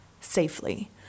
safely